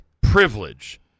privilege